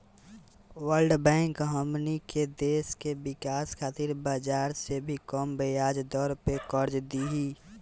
world Bank हमनी के देश के विकाश खातिर बाजार से भी कम ब्याज दर पे कर्ज दिही